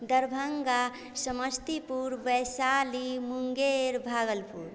Darbhanga Samastipur Vaishali Munger Bhagalpur